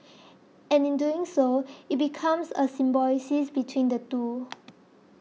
and doing so it becomes a symbiosis between the two